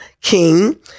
king